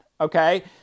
okay